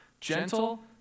gentle